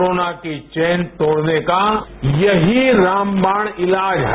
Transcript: corona की chain तोड़ने का यही रामबाण इलाज है